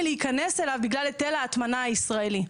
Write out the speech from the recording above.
מלהיכנס אליו בגלל היטל ההטמנה הישראלי.